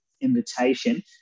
invitation